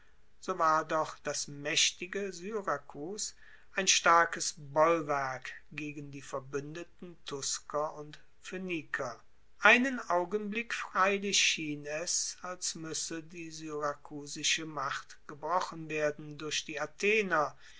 so war doch das maechtige syrakus ein starkes bollwerk gegen die verbuendeten tusker und phoeniker einen augenblick freilich schien es als muesse die syrakusische macht gebrochen werden durch die athener